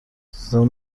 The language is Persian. ضمن